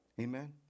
Amen